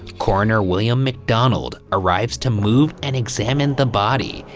coroner william macdonald arrives to move and examine the body.